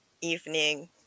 evening